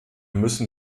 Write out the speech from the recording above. müssen